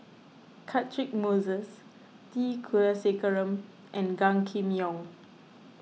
Catchick Moses T Kulasekaram and Gan Kim Yong